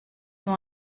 nur